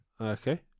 Okay